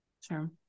Sure